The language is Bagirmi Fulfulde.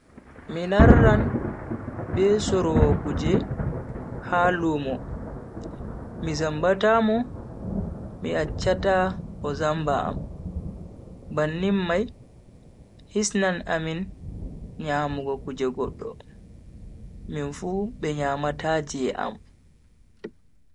Mi narran be sorowo kuje ha lumo mi zambata mo mi acchata o zamba am. bannin mai hisnan amin nyamugo kuje goddo, minfu be nyamata je am.